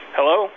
Hello